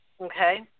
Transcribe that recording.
Okay